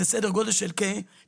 זה סדר גודל של כ-19.6%.